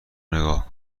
نگاه